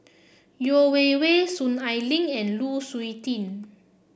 Yeo Wei Wei Soon Ai Ling and Lu Suitin